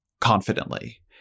confidently